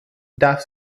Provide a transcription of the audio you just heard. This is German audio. darf